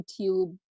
YouTube